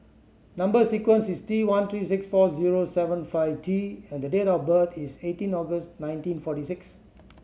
number sequence is T one three six four zero seven five T and the date of birth is eighteen August nineteen forty six